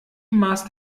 must